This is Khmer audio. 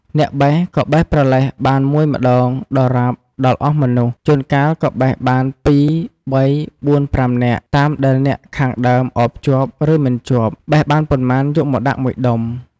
អ្នកបេះក៏បេះប្រលេះ បានមួយម្តងដរាបដល់អស់មនុស្ស ជួនកាលក៏បេះបាន ២ ៣ ៤ ៥ នាក់ តាមដែលអ្នកខាងដើមឱបជាប់ ឬមិនជាប់ បេះបានប៉ុន្មានយកមកដាក់១ដុំ។